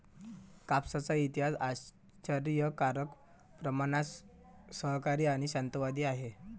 कापसाचा इतिहास आश्चर्यकारक प्रमाणात सहकारी आणि शांततावादी आहे